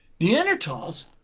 Neanderthals